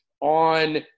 on